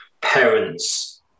parents